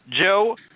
Joe